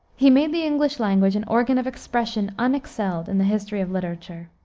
he made the english language an organ of expression unexcelled in the history of literature.